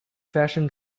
fashion